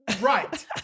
right